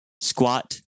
squat